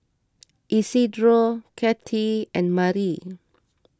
Isidro Cathey and Mali